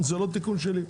זה לא תיקון שלי,